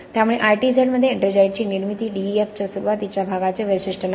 त्यामुळे ITZ मध्ये एट्रिंजाइटची ही निर्मिती DEF च्या सुरुवातीच्या भागाचे वैशिष्ट्य नाही